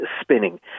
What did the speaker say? spinning